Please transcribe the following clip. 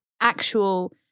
actual